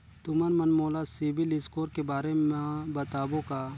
तुमन मन मोला सीबिल स्कोर के बारे म बताबो का?